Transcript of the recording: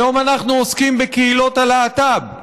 היום אנחנו עוסקים בקהילות הלהט"ב,